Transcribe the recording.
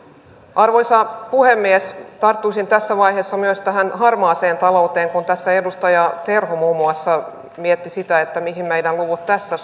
arvoisa puhemies tarttuisin tässä vaiheessa myös tähän harmaaseen talouteen kun tässä edustaja terho muun muassa mietti sitä mihin meidän lukumme tässä